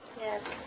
Yes